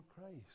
Christ